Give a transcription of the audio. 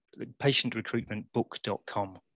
patientrecruitmentbook.com